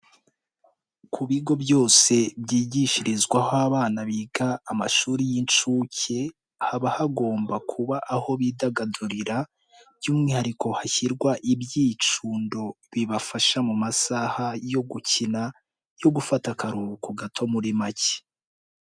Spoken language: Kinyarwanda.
Ku bigo byose byigishirizwaho abana biga amashuri y'inshuke, haba hagomba kuba aho bidagadurira by'umwihariko hashyirwa ibyicundo bibafasha mu masaha yo gukina, yo gufata akaruhuko gato muri make.